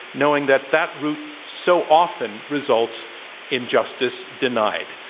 knowing that, that route so often results in justice denied?